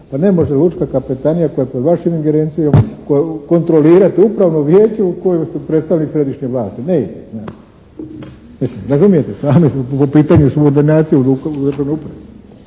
Pa ne može lučka kapetanija koja je pod vašom ingerencijom kontrolirati Upravno vijeće u kojem je predstavnik središnje vlasti. Ne ide, znate. Mislim, razumijete, sami smo po pitanju … /Govornik